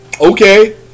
Okay